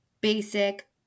basic